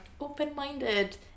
open-minded